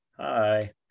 Hi